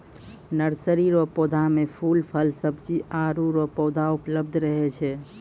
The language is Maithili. नर्सरी रो पौधा मे फूल, फल, सब्जी आदि रो पौधा उपलब्ध रहै छै